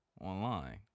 online